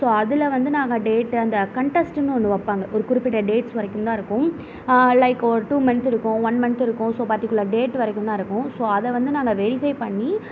so அதில் வந்து நாங்கள் டேட்டு அந்த கண்டஸ்ட்டுனு ஒன்று வைப்பாங்க ஒரு குறிப்பிட்ட டேட்ஸ் வரைக்கும் தான் இருக்கும் லைக் ஒரு டூ மந்த் இருக்கும் ஒன் மந்த் இருக்கும் ஸோ பர்டிகுலர் டேட் வரைக்குந்தான் இருக்கும் ஸோ அதை வந்து நாங்கள் வெரிஃபை பண்ணி